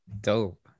Dope